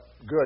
good